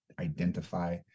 identify